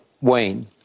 Wayne